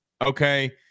okay